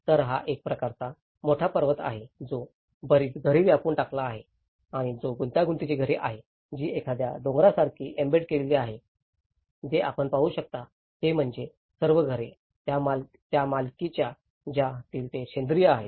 तर हा एक प्रकारचा मोठा पर्वत आहे जो बरीच घरे व्यापून टाकला आहे जो गुंतागुंतीची घरे आहे जी एखाद्या डोंगरासारखी एम्बेड केलेली आहे जे आपण पाहू शकता ते म्हणजे सर्व घरे त्या मालिका ज्या त्यातील सेंद्रिय आहेत